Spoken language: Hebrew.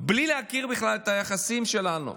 בלי להכיר בכלל את היחסים שלנו,